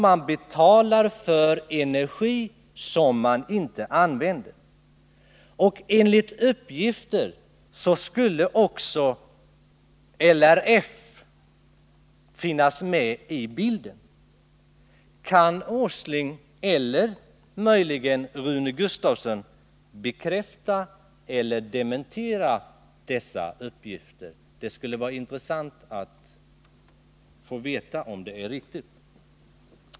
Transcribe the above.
Man betalar alltså för energi som man inte använder. LRF skulle också finnas med i bilden. Kan Nils Åsling eller möjligen Rune Nr 54 Gustavsson bekräfta eller dementera dessa uppgifter? Det skulle vara ; R Måndagen den intressant att få veta om de är riktiga.